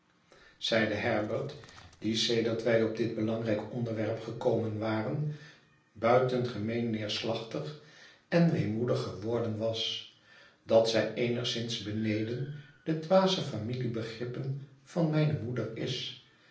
zeide herbert die sedert wij op dit belangrijk onderwerp gekomen waren buitengemeen neerslachtig en weemoedig geworden was dat zij eenigszins beneden de dwaze familiebegrippen van mijne moeder is